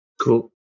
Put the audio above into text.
Cool